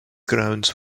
grounds